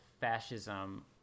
fascism